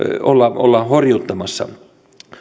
olla horjuttamassa